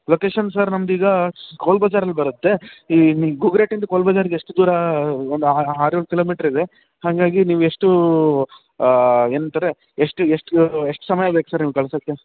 location sir ನಮ್ದು ಈಗ ಕೋಲ್ ಬಜಾರಲ್ಲಿ ಬರುತ್ತೆ ಈ ಗುಗ್ರಟ್ಟಿಯಿಂದ ಕೋಲ್ ಬಜಾರಿಗೆ ಎಷ್ಟು ದೂರ ಒಂದು ಆ ಆರು ಏಳು ಕಿಲೋಮೀಟ್ರ್ ಇದೆ ಹಾಗಾಗಿ ನೀವು ಎಷ್ಟು ಏನಂತಾರೆ ಎಷ್ಟು ಎಷ್ಟು ಎಷ್ಟು ಸಮಯ ಬೇಕು ಸರ್ ನಿಮ್ಗೆ ಕಳ್ಸೋಕ್ಕೆ